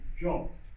jobs